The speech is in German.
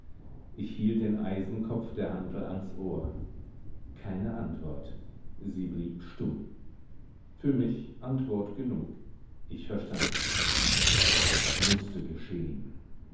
ich hielt den eisenkopf der hantel ans ohr keine antwort sie blieb stumm für mich antwort genug ich verstand sie es mußte geschehn